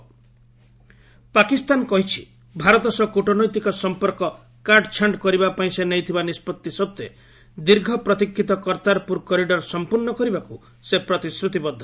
ପାକ୍ କର୍ତ୍ତାରପୁର ପାକିସ୍ତାନ କହିଛି ଭାରତ ସହ କୃଟନୈତିକ ସମ୍ପର୍କ କାଟ୍ଛାଣ୍ଟ କରିବା ପାଇଁ ସେ ନେଇଥିବା ନିଷ୍ପଭି ସତ୍ତ୍ୱେ ଦୀର୍ଘ ପ୍ରତୀକ୍ଷିତ କର୍ତ୍ତାରପୁର କରିଡ଼ର ସମ୍ପର୍ଶ୍ଣ କରିବାକୁ ସେ ପ୍ରତିଶ୍ରତିବଦ୍ଧ